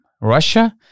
Russia